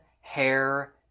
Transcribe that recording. hair